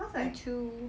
me too